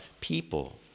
people